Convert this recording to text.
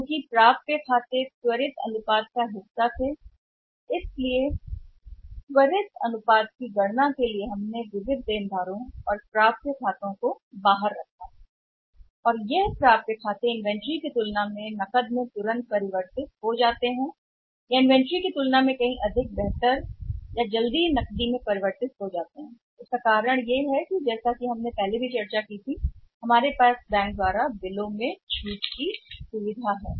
चूँकि खाते प्राप्तियां त्वरित अनुपात का हिस्सा थीं इसलिए हमने विविध को बाहर रखा है ऋणी या शायद खाते त्वरित अनुपात की गणना करने के लिए प्राप्त करते हैं और हम कैसे विचार करते हैं उन खातों को प्राप्य सूची की तुलना में अब वे जल्दी से नकद में परिवर्तित कर सकते हैं इन्वेंट्री की तुलना में कहीं अधिक बेहतर या जल्दी से नकदी में परिवर्तित होने का कारण यह है कि जैसा है हमने अतीत में भी चर्चा की है कि हमारे पास बैंकों से बिल में छूट की सुविधा है